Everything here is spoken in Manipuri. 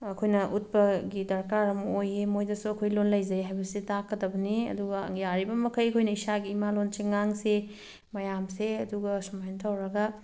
ꯑꯩꯈꯣꯏꯅ ꯎꯠꯄꯒꯤ ꯗꯔꯀꯥꯔ ꯑꯃ ꯑꯣꯏꯌꯦ ꯃꯣꯏꯗꯁꯨ ꯑꯩꯈꯣꯏ ꯂꯣꯜ ꯂꯩꯖꯩ ꯍꯥꯏꯕꯁꯦ ꯇꯥꯛꯀꯗꯕꯅꯤ ꯑꯗꯨꯒ ꯌꯥꯔꯤꯕ ꯃꯈꯩ ꯑꯩꯈꯣꯏꯅ ꯏꯁꯥꯒꯤ ꯏꯃꯥ ꯂꯣꯜꯁꯤ ꯉꯥꯡꯁꯤ ꯃꯌꯥꯝꯁꯦ ꯑꯗꯨꯒ ꯁꯨꯃꯥꯏ ꯇꯧꯔꯒ